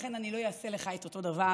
ולכן אני לא אעשה לך אותו דבר.